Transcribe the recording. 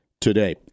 today